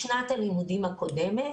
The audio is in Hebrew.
בשנת הלימודים הקודמת,